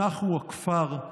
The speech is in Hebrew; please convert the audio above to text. אנחנו הכפר.